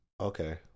Okay